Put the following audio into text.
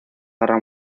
guerra